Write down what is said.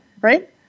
right